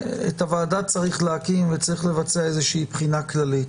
את הוועדה צריך להקים וצריך לבצע איזושהי בחינה כללית,